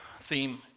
theme